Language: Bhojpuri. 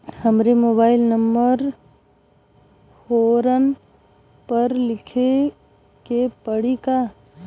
हमरो मोबाइल नंबर फ़ोरम पर लिखे के पड़ी का?